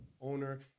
owner